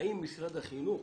האם משרד החינוך